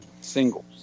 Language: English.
Singles